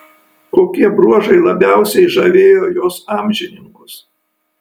kokie bruožai labiausiai žavėjo jos amžininkus